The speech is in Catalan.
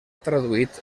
traduït